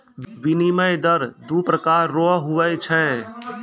विनिमय दर दू प्रकार रो हुवै छै